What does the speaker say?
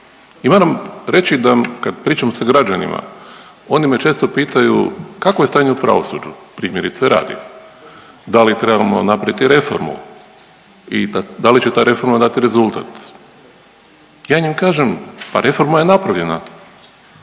I moram reći da kad pričam sa građanima oni me često pitaju kakvo je stanje u pravosuđu, primjerice radi da li trebamo napraviti reformu i da li će ta reforma dati rezultat. Ja njima kažem pa reforma je napravljena,